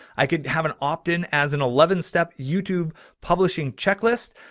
i could have an opt in as an eleven step youtube publishing checklist.